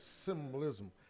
symbolism